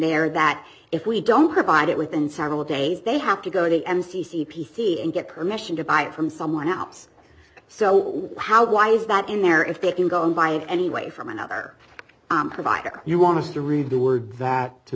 there that if we don't provide it within several days they have to go to the m c c p c and get permission to buy it from someone else so how why is that in there if they can go and buy it anyway from another provider you want to read the word that to